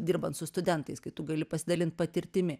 dirbant su studentais kai tu gali pasidalint patirtimi